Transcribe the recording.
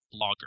blogger